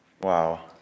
Wow